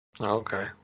okay